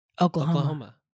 oklahoma